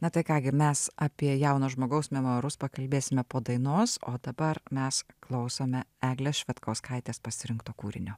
na tai ką gi mes apie jauno žmogaus memuarus pakalbėsime po dainos o dabar mes klausome eglės švedkauskaitės pasirinkto kūrinio